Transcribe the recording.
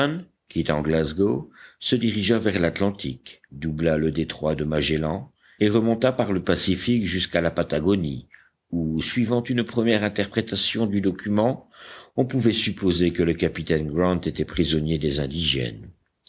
quittant glasgow se dirigea vers l'atlantique doubla le détroit de magellan et remonta par le pacifique jusqu'à la patagonie où suivant une première interprétation du document on pouvait supposer que le capitaine grant était prisonnier des indigènes